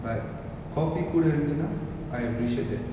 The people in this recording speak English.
but coffee கூட இருந்துச்சினா:kooda irunthuchina I appreciate that